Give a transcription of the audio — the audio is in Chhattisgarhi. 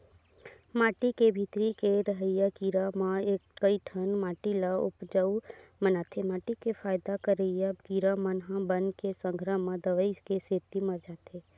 माटी के भीतरी के रहइया कीरा म कइठन माटी ल उपजउ बनाथे माटी के फायदा करइया कीरा मन ह बन के संघरा म दवई के सेती मर जाथे